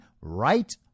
right